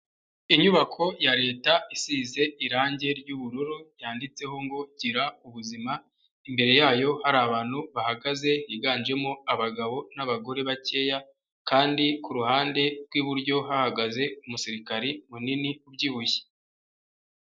Inyubako ya Leta isize irangi ryy'ububururu yanditseho ngo gira ubuzima, imbere yayo hari abantu bahagaze higanjemo abagabo n'abagore bakeya kandi ku ruhande rw'iburyo hahagaze umusirikare munini ubyibushye.